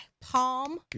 palm